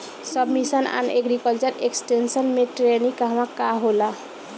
सब mission on agriculture extension मै टेरेनीं कहवा कहा होला?